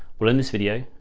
well, in this video,